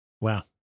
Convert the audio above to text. Wow